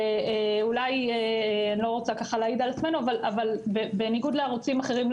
ואולי אני לא רוצה להעיד על עצמנו בניגוד לערוצים אחרים,